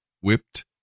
whipped